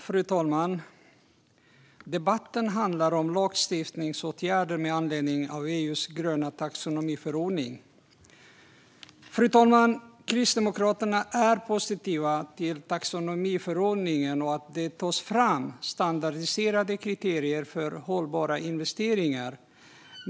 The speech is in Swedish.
Fru talman! Debatten handlar om lagstiftningsåtgärder med anledning av EU:s gröna taxonomiförordning. Kristdemokraterna är positiva till taxonomiförordningen och till att det tas fram standardiserade kriterier för hållbara investeringar.